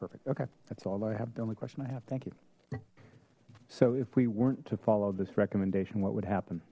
perfect okay that's all i have the only question i have thank you so if we weren't to follow this recommendation what would happen